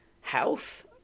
health